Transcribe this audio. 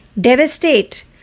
devastate